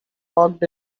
walked